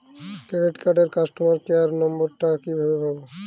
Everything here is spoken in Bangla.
ক্রেডিট কার্ডের কাস্টমার কেয়ার নম্বর টা কিভাবে পাবো?